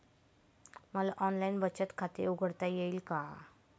मला ऑनलाइन बचत खाते उघडता येईल का?